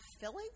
filling